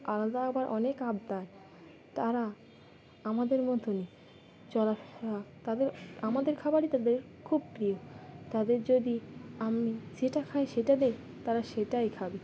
আলাদা আবার অনেক আবদার তারা আমাদের মতনই চলাফেরা তাদের আমাদের খাবারই তাদের খুব প্রিয় তাদের যদি আমি যেটা খাই সেটা দিই তারা সেটাই খাবে